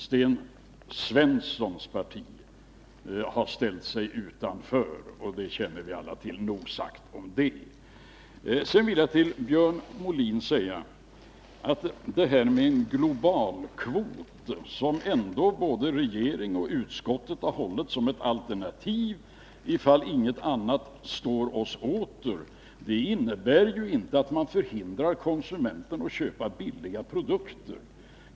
Sten Svenssons parti har ställt sig utanför. Det känner vi alla till. Nog sagt om det. Sedan vill jag till Björn Molin säga att en globalkvot, som ändå både regering och utskott har funnit som ett alternativ ifall inget annat står oss åter, inte innebär att man förhindrar konsumenten att köpa billiga produkter.